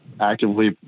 actively